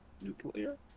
nuclear